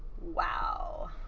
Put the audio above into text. Wow